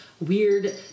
weird